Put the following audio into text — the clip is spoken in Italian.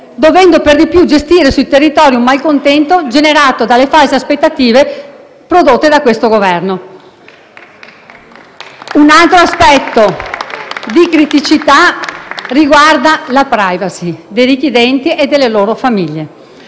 dovendo per di più gestire sui territori un malcontento generato dalle false aspettative prodotte da questo Governo. *(Applausi dal Gruppo FI-BP)*. Un altro aspetto di criticità riguarda la *privacy* dei richiedenti e delle loro famiglie.